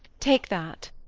take that.